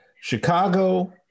Chicago